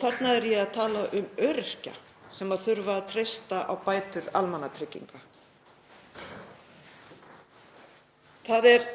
Þar er ég að tala um öryrkja sem þurfa að treysta á bætur almannatrygginga. Enn